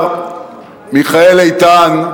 אדוני סגן השר והשר מיכאל איתן,